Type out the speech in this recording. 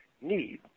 need